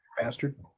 Bastard